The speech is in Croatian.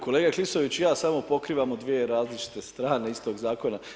Kolega Klisović i ja samo pokrivamo dvije različite strane istog zakona.